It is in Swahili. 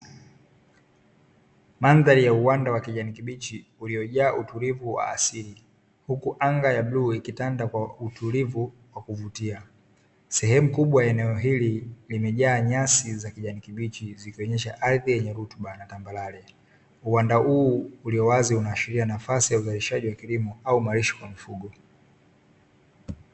Mandhari ya uwanda wa kijani kibichi uliojaa utulivu wa asili, huku anga ya bluu ikitanda kwa utulivu wa kuvutia. Sehemu kubwa la eneo hili limejaa nyasi za kijani kibichi zikionyesha ardhi yenye rutuba na tambalare, uwanda huu uliowazi unaashiria nafasi ya uzalishaji wa kilimo au malisho ya mifugo.